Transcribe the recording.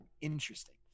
interesting